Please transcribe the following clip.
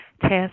test